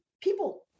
people